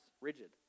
rigid